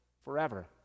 forever